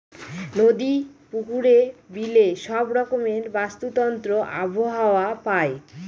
নদী, পুকুরে, বিলে সব রকমের বাস্তুতন্ত্র আবহাওয়া পায়